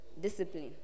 Discipline